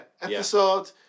Episode